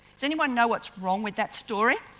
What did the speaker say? does anyone know what's wrong with that story?